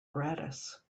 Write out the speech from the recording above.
gratis